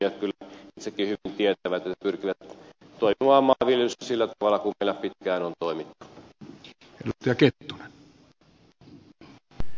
ja minä luulen että viljelijät kyllä itsekin hyvin tietävät että pyrkivät toimimaan maanviljelyssä sillä tavalla kuin meillä pitkään on toimittu